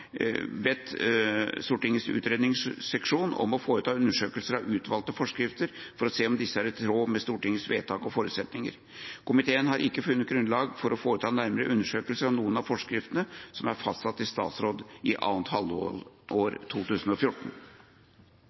bedt Stortingets utredningsseksjon om å foreta undersøkelser av utvalgte forskrifter for å se om disse er i tråd med Stortingets vedtak og forutsetninger. Komiteen har ikke funnet grunnlag for å foreta nærmere undersøkelser av noen av forskriftene som er fastsatt i statsråd i andre halvår 2014.